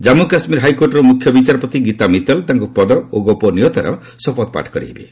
ଜନ୍ମୁ କାଶ୍ମୀର ହାଇକୋର୍ଟର ମୁଖ୍ୟ ବିଚାରପତି ଗୀତା ମିତଲ୍ ତାଙ୍କୁ ପଦ ଓ ଗୋପନୀୟତାର ଶପଥ ପାଠ କରାଇବେ